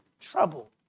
trouble